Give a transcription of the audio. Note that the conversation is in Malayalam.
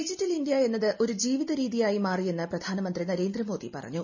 ഡിജിറ്റൽ ഇന്ത്യ എന്നത് ഒരു ജീവിതചര്യയായി മാറിയെന്ന് പ്രധാനമന്ത്രി നരേന്ദ്രമോദി പറഞ്ഞു